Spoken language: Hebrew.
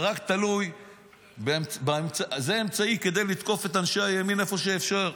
זה רק אמצעי כדי לתקוף את אנשי הימין איפה שאפשר.